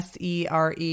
SERE